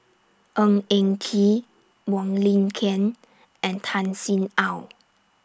Ng Eng Kee Wong Lin Ken and Tan Sin Aun